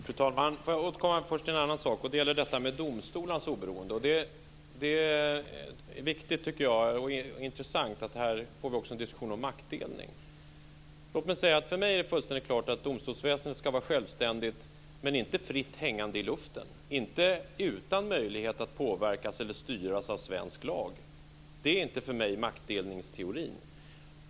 Fru talman! Får jag först återkomma till en annan sak. Det gäller detta med domstolarnas oberoende. Det är viktigt och intressant att vi här också får en diskussion om maktdelning. Låt mig säga att det för mig är fullständigt klart att domstolsväsendet ska vara självständigt men inte fritt hängande i luften, inte utan möjlighet att påverkas eller styras av svensk lag. Det är inte för mig maktdelningsteorin.